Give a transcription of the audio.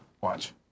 Watch